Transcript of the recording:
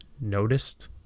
noticed